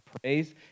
praise